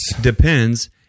depends